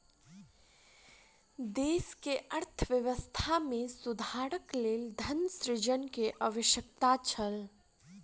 देश के अर्थव्यवस्था में सुधारक लेल धन सृजन के आवश्यकता छल